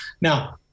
Now